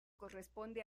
corresponde